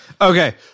Okay